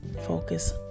focus